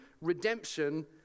redemption